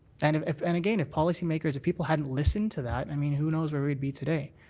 kind of if and again if policy makers, if people hadn't listened to that i mean who knows where we'd be today.